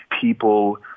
People